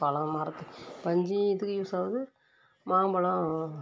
பழம் மரத்து பஞ்சு எதுக்கு யூஸ் ஆகுது மாம்பழம்